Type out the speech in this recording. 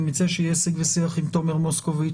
אני מציע שיהיה שיג ושיח עם תומר מוסקוביץ,